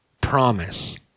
Promise